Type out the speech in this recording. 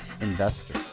investor